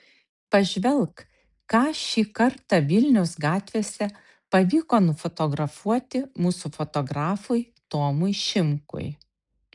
pažvelk ką šį kartą vilniaus gatvėse pavyko nufotografuoti mūsų fotografui tomui šimkui